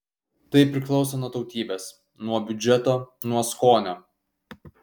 tai priklauso nuo tautybės nuo biudžeto nuo skonio